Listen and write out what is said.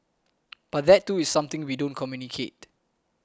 but that too is something we don't communicate